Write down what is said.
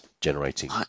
generating